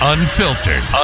Unfiltered